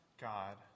God